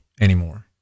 anymore